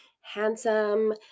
handsome